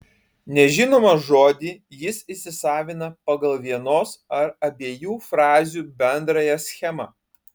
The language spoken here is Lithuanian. nežinomą žodį jis įsisavina pagal vienos ar abiejų frazių bendrąją schemą